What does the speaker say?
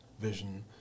vision